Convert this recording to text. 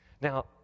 Now